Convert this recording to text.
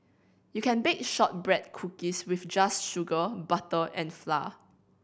you can bake shortbread cookies with just sugar butter and flour